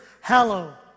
hallow